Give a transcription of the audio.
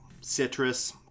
citrus